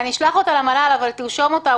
אשלח אותה למל"ל אבל תרשום אותה,